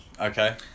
Okay